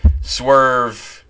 swerve